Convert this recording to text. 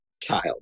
child